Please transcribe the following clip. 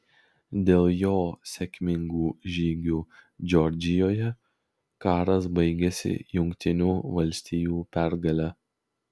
dėl jo sėkmingų žygių džordžijoje karas baigėsi jungtinių valstijų pergale